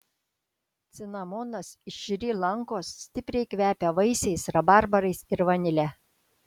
cinamonas iš šri lankos stipriai kvepia vaisiais rabarbarais ir vanile